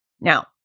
Now